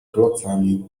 klocami